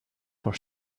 for